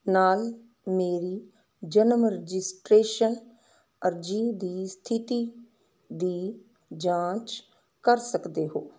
ਨਾਲ ਮੇਰੀ ਜਨਮ ਰਜਿਸਟ੍ਰੇਸ਼ਨ ਅਰਜੀ ਦੀ ਸਥਿਤੀ ਦੀ ਜਾਂਚ ਕਰ ਸਕਦੇ ਹੋ